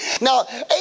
Now